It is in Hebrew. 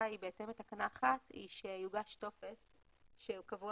היא בהתאם לתקנה 1 שיוגש טופס שהוא קבוע